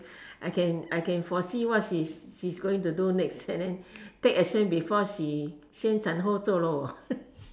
I can I can foresee what she's she's going to do next and then take action before she 先斩后奏 lor